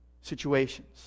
situations